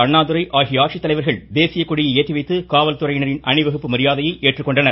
அண்ணாதுரை ஆகியோர் தேசியக்கொடியை ஏற்றி வைத்து காவல் துறையினரின் அணிவகுப்பு மரியாதையை ஏற்றுக்கொண்டனர்